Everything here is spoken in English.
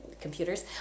computers